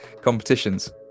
competitions